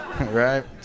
right